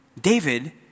David